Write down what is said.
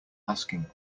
asking